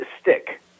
stick